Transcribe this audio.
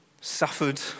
suffered